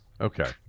Okay